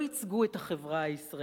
לא ייצגו את החברה הישראלית,